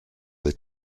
the